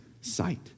sight